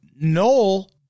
noel